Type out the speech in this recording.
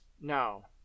no